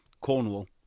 Cornwall